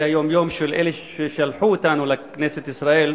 היום-יום של אלה ששלחו אותנו לכנסת ישראל,